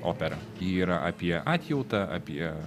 opera ji yra apie atjautą apie